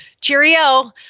Cheerio